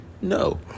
no